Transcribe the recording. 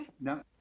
No